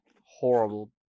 horrible